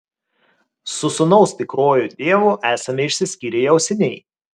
su sūnaus tikruoju tėvu esame išsiskyrę jau seniai